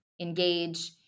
engage